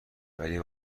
ولی